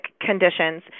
conditions